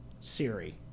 Siri